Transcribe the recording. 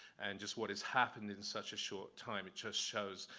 and just what has happened in such a short time. it just shows,